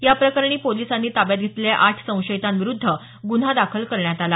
या प्रकरणी पोलिसांनी ताब्यात घेतलेल्या आठ संशयितांविरुद्ध गुन्हा दाखल करण्यात आला